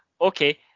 okay